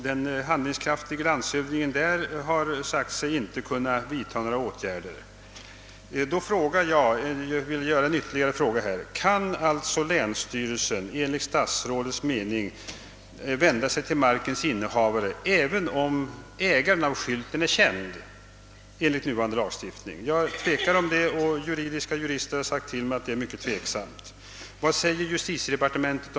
Den handlingskraftige landshövdingen där har sagt att han inte kan vidtaga några åtgärder. Jag vill därför ställa ytterligare en fråga: anser statsrådet att länsstyrelsen enligt nuvarande lagstiftning kan vända sig till markens innehavare även om ägaren av skylten är känd? Jag tvekar därom och jurister har sagt mig att frågan är mycket tveksam. Vad säger justitiedepartementet?